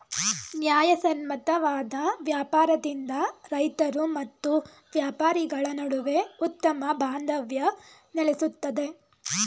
ನ್ಯಾಯಸಮ್ಮತವಾದ ವ್ಯಾಪಾರದಿಂದ ರೈತರು ಮತ್ತು ವ್ಯಾಪಾರಿಗಳ ನಡುವೆ ಉತ್ತಮ ಬಾಂಧವ್ಯ ನೆಲೆಸುತ್ತದೆ